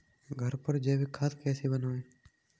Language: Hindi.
घर पर जैविक खाद कैसे बनाएँ?